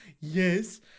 yes